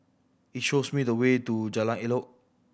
shows me the way to Jalan Elok